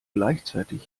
gleichzeitig